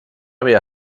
haver